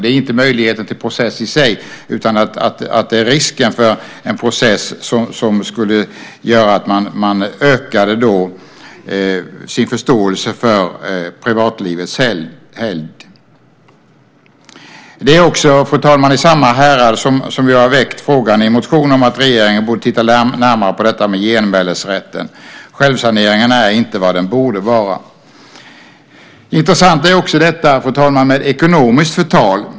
Det gäller inte möjligheten till process i sig, utan det handlar om en process som gör att man ökar sin förståelse för privatlivets helgd. Det är, fru talman, inom samma härad som jag i motionen har väckt frågan om att regeringen närmare borde titta på detta med genmälesrätten. Självsaneringen är inte vad den borde vara. Intressant är också, fru talman, detta med ekonomiskt förtal.